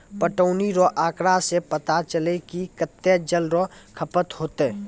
पटौनी रो आँकड़ा से पता चलै कि कत्तै जल रो खपत होतै